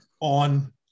on